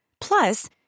Plus